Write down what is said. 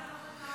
אז למה לא חתמתם?